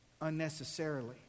unnecessarily